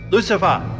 Lucifer